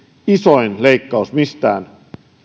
isoin leikkaus mistään